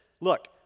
Look